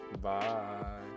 Bye